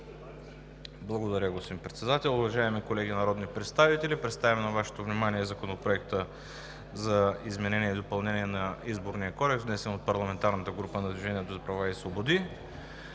Благодаря, господин Председател. Уважаеми колеги народни представители, представям на Вашето внимание Законопроекта за изменение и допълнение на Изборния кодекс, внесен от парламентарната група на „Движението за права и свободи“.